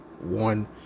one